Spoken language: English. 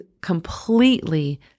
completely